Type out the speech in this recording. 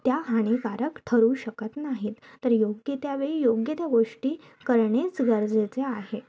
त्या हानिकारक ठरू शकत नाही तर योग्य त्या वेळी योग्य त्या गोष्टी करणेच गरजेचे आहे